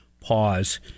pause